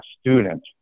student